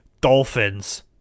Dolphins